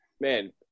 man